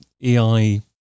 AI